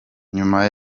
nyuma